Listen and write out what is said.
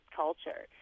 culture